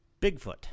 Bigfoot